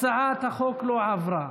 49. הצעת החוק לא עברה.